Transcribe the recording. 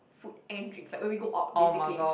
food and drinks like when we go out basically